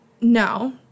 no